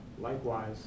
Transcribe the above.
Likewise